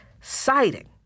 citing